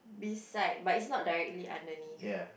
beside but it's not directly underneath